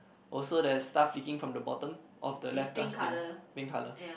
also there's stuff leaking from the bottom of the left dustbin pink colour